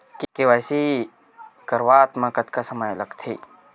KYC करवात म कतका समय लगथे?